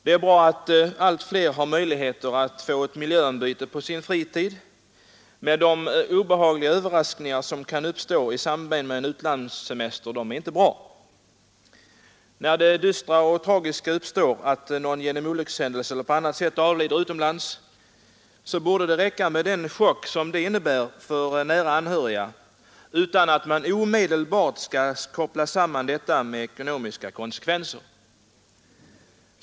Det är bra att allt fler kan få ett miljöombyte på sin fritid, men de obehagliga överraskningar som kan uppstå i samband med en utlandssemester skall man naturligtvis inte bortse från. När det tragiska uppstår att någon genom olyckshändelse eller på annat sätt avlider utomlands, så borde det räcka med den chock som det innebär för nära anhöriga, utan att man omedelbart skall koppla samman detta med ekonomiska konsekvenser.